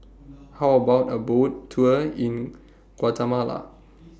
How about A Boat Tour in Guatemala